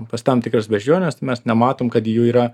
pas tam tikras beždžiones tai mes nematom kad jų yra